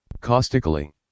Caustically